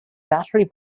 battery